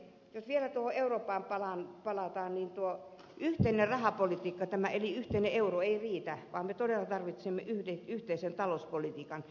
jos vielä tuohon eurooppaan palataan niin tuo yhteinen rahapolitiikka eli yhteinen euro ei riitä vaan me todella tarvitsemme yhden yhteisen talouspolitiikan